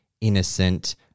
innocent